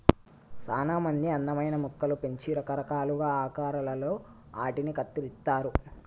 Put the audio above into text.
సానా మంది అందమైన మొక్కలు పెంచి రకరకాలుగా ఆకారాలలో ఆటిని కత్తిరిస్తారు